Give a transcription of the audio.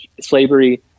slavery